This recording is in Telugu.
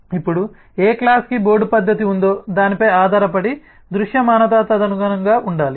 ఇప్పుడు ఏ క్లాస్ కి బోర్డు పద్ధతి ఉందో దానిపై ఆధారపడి దృశ్యమానత తదనుగుణంగా ఉండాలి